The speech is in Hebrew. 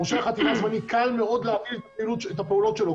מורשה חתימה זמני קל מאוד לערער את הפעולות שלו.